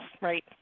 right